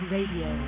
Radio